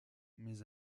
mes